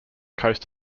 coast